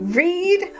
read